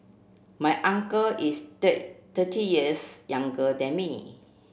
my uncle is thirty years younger than me